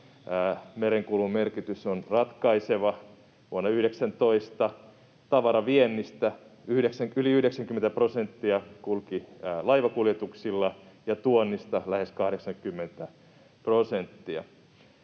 merenkulun merkitys on ratkaiseva. Vuonna 19 tavaraviennistä yli 90 prosenttia kulki laivakuljetuksilla ja tuonnista lähes 80 prosenttia.